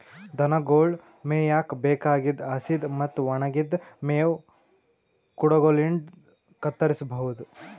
ದನಗೊಳ್ ಮೇಯಕ್ಕ್ ಬೇಕಾಗಿದ್ದ್ ಹಸಿದ್ ಮತ್ತ್ ಒಣಗಿದ್ದ್ ಮೇವ್ ಕುಡಗೊಲಿನ್ಡ್ ಕತ್ತರಸಬಹುದು